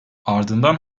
ardından